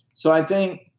so i think